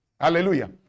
Hallelujah